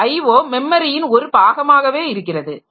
இந்த IO மெமரியின் ஒரு பாகமாகவே இருக்கிறது